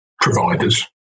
providers